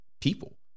people